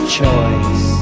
choice